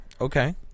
Okay